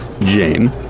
Jane